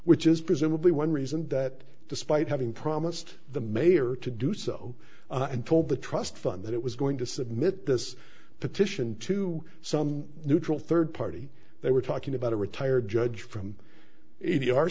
which is presumably one reason that despite having promised the mayor to do so and told the trust fund that it was going to submit this petition to some neutral third party they were talking about a retired judge from